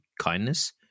kindness